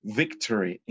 victory